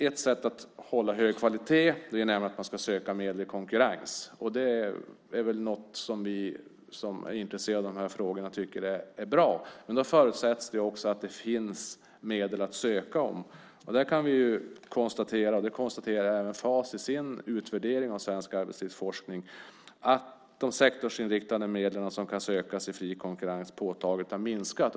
Ett sätt att hålla kvalitet är att man ska söka medel i konkurrens. Det är väl något som vi alla tycker är bra. Men då förutsätts det också att det finns medel att söka. Vi kan konstatera, och det gör även Fas i sin utvärdering av svensk arbetslivsforskning, att de sektorsinriktade medel som kan sökas i fri konkurrens påtagligt har minskat.